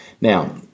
Now